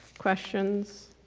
questions?